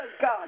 God